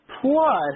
Plus